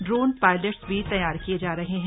drone pilots भी तैयार किये जा रहे हैं